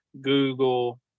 Google